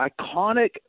iconic